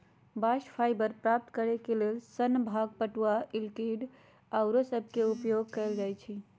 bast fibre प्राप्त करेके लेल सन, भांग, पटूआ, मिल्कवीड आउरो सभके उपयोग कएल जाइ छइ